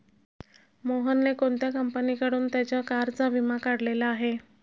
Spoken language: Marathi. मोहनने कोणत्या कंपनीकडून त्याच्या कारचा विमा काढलेला आहे?